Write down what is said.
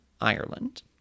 Ireland